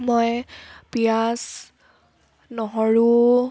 মই পিঁয়াজ নহৰু